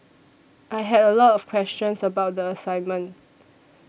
I had a lot of questions about the assignment